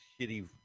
shitty